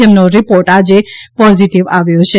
જેમનો રીપોર્ટ આજે પોઝીટીવ આવેલ છે